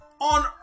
on